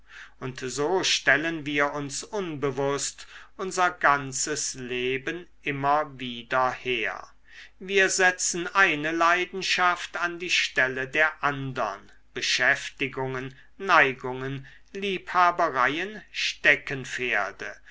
und so stellen wir uns unbewußt unser ganzes leben immer wieder her wir setzen eine leidenschaft an die stelle der andern beschäftigungen neigungen liebhabereien steckenpferde